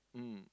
mm